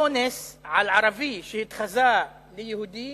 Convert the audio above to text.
אונס לערבי שהתחזה ליהודי